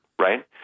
right